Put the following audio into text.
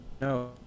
no